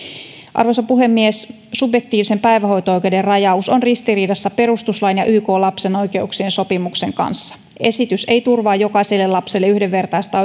arvoisa puhemies subjektiivisen päivähoito oikeuden rajaus on ristiriidassa perustuslain ja ykn lapsen oikeuksien sopimuksen kanssa esitys ei turvaa jokaiselle lapselle yhdenvertaista